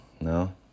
No